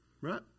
Right